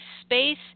space